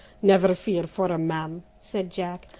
never fear for him, ma'am, said jack.